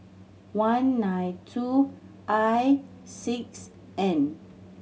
one nine two I six N